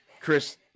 Chris